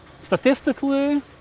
statistically